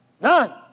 None